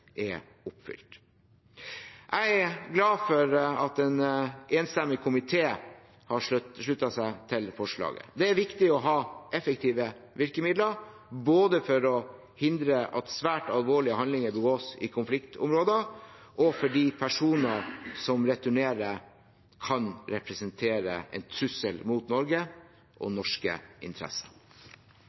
er oppfylt. Jeg er glad for at en enstemmig komité har sluttet seg til forslaget. Det er viktig å ha effektive virkemidler, både for å hindre at svært alvorlige handlinger begås i konfliktområder, og fordi personer som returnerer, kan representere en trussel mot Norge og norske interesser.